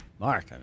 Mark